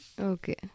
Okay